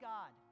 God